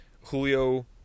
Julio